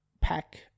pack